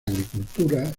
agricultura